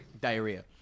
Diarrhea